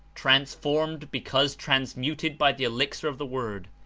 transformed because transmuted by the elixir of the word,